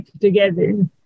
together